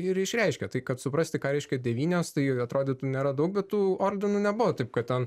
ir išreiškia tai kad suprasti ką reiškia devynios tai atrodytų nėra daug bet tų ordinų nebuvo taip kad ten